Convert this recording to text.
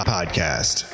Podcast